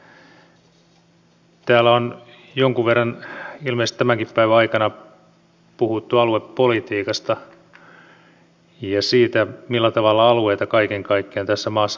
täällä on jonkun verran ilmeisesti tämänkin päivän aikana puhuttu aluepolitiikasta ja siitä millä tavalla alueita kaiken kaikkiaan tässä maassa pystytään kehittämään